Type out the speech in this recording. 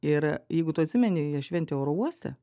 ir jeigu tu atsimeni jie šventė oro uoste